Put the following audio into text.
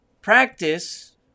practice